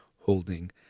holding